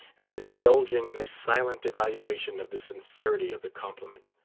as if indulging in a silent evaluation of the sincerity of the compliment.